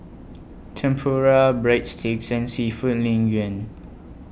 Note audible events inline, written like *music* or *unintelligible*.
Tempura Breadsticks and Seafood Lin *unintelligible*